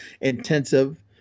intensive